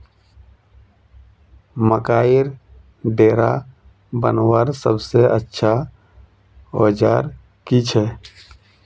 मकईर डेरा बनवार सबसे अच्छा औजार की छे?